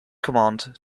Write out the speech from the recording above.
command